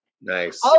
Nice